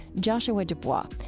joshua dubois.